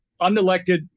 unelected